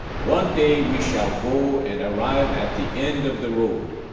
one day, we shall go and arrive at the end of the road.